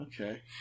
Okay